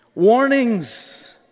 Warnings